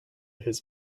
his